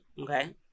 okay